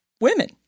women